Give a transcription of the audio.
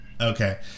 Okay